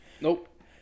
Nope